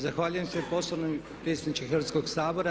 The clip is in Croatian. Zahvaljujem se poštovani predsjedniče Hrvatskog sabora.